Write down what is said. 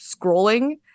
scrolling